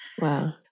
Wow